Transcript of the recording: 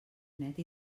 net